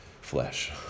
flesh